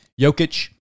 Jokic